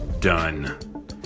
done